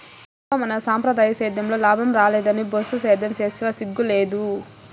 ఏమప్పా మన సంప్రదాయ సేద్యంలో లాభం రాలేదని బొచ్చు సేద్యం సేస్తివా సిగ్గు లేదూ